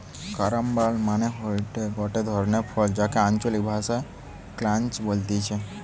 carambola মানে হতিছে গটে ধরণের ফল যাকে আঞ্চলিক ভাষায় ক্রাঞ্চ বলতিছে